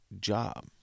job